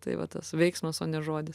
tai va tas veiksmas o ne žodis